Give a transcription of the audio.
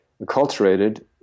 acculturated